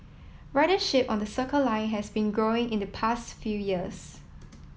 ridership on the Circle Line has been growing in the past few years